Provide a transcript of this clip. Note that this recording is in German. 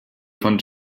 von